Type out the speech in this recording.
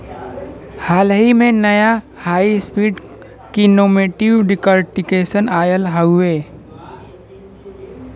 हाल ही में, नया हाई स्पीड कीनेमेटिक डिकॉर्टिकेशन आयल हउवे